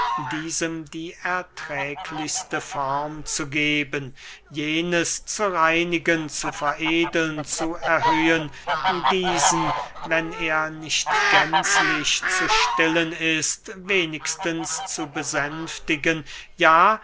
diesem die erträglichste form zu geben jenes zu reinigen zu veredeln zu erhöhen diesen wenn er nicht gänzlich zu stillen ist wenigstens zu besänftigen ja